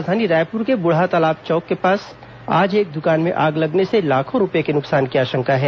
राजधानी रायपुर के बुढ़ातालाब चौक के पास आज एक दकान में आग लगने से लाखों रूपये के नुकसान की आशंका है